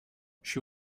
she